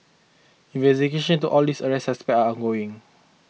investigations into all this arrested suspects are ongoing